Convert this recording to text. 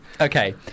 Okay